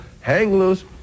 hang-loose